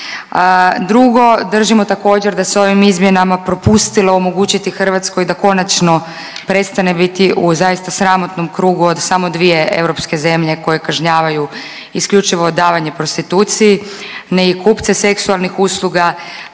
Drugo, držimo također da se ovim izmjenama propustilo omogućiti Hrvatskoj da konačno prestane biti u zaista sramotnom krugu od samo 2 europske zemlje koje kažnjavanju isključivo odavanje prostitucije, ne i kupce seksualnih usluga,